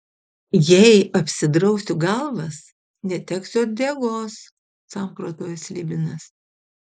jei apsidrausiu galvas neteksiu uodegos samprotauja slibinas